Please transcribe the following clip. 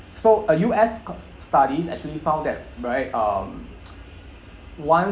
so a U_S co~ studies actually found that right um one